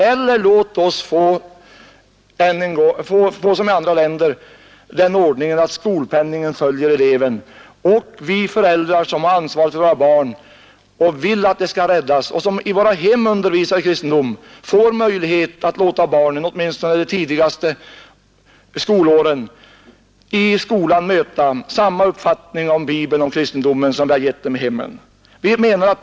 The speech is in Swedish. Eller låt oss liksom i andra länder få den ordningen att skolpenningen följer eleven, så att vi föräldrar, som har ansvaret för våra barn och vill att de skall räddas och som i våra hem undervisar i kristendom, får möjlighet att låta barnen — åtminstone under de tidigare skolåren — i skolan möta samma uppfattning om Bibeln och kristendomen som vi har gett dem i hemmet.